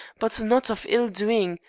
but not of ill-doing,